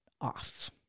off